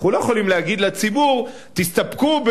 אנחנו לא יכולים להגיד לציבור: תסתפקו,